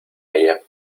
ella